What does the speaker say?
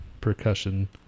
percussion